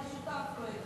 אתה שותף לו,